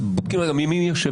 נתבונן ונבדוק מי יושב